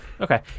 Okay